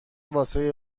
واسه